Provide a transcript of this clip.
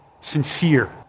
sincere